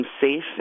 safe